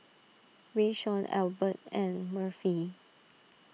Rayshawn Elbert and Murphy